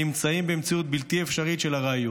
נמצאים במציאות בלתי אפשרית של ארעיות,